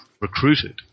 recruited